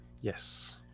Yes